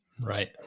Right